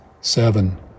seven